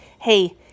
Hey